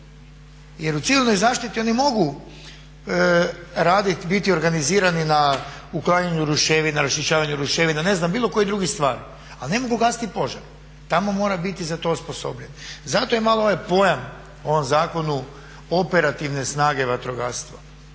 Jer u civilnoj zaštiti oni mogu raditi, biti organizirani na uklanjanju ruševina, raščišćavanju ruševina ne znam bilo koji drugih stvari ali ne mogu gasiti požar. Tamo mora bit za to osposobljen. Zato je malo ovaj pojam u ovom zakonu operativne snage vatrogastva,